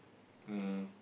um